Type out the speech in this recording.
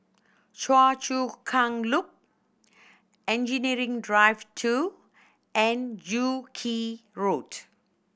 Choa Chu Kang Loop Engineering Drive Two and Joo Yee Road